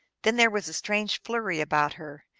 then there was a strange flurry about her,